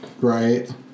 Right